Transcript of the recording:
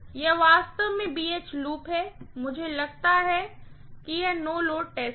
यह वास्तव में BH लूप है मुझे लगता है कि यह नो लोड टेस्ट है